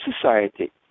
society